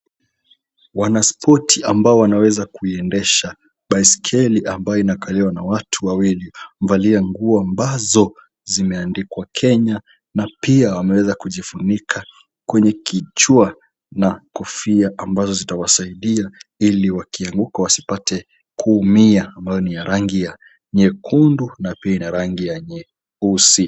Wanaspoti ambao wanaweza kuliendesha baiskeli ambayo inakaliwa na watu wawili, wamevalia nguo ambazo zimeandikwa Kenya na pia wameweza kujifunika kwenye kichwa na kofia ambazo zitawasaidia ili wakianguka wasipate kuumia ambayo ni ya rangi ya nyekundu na pia ina rangi ya nyeusi.